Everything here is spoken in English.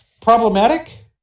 problematic